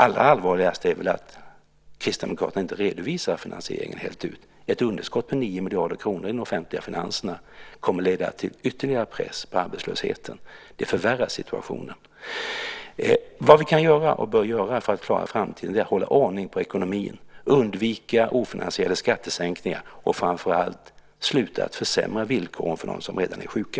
Allra allvarligast är väl att Kristdemokraterna inte redovisar finansieringen fullt ut. Ett underskott om 9 miljarder kronor i de offentliga finanserna kommer att leda till ytterligare press på arbetslösheten. Det förvärrar situationen. Vad vi kan och bör göra för att klara framtiden är att hålla ordning på ekonomin, undvika ofinansierade skattesänkningar och framför allt sluta att försämra villkoren för dem som redan är sjuka.